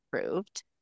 approved